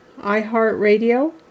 iHeartRadio